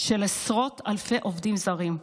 של עשרות אלפי עובדים זרים.